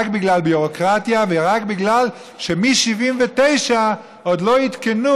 רק בגלל ביורוקרטיה ורק בגלל שמ-1979 עוד לא עדכנו